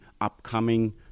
upcoming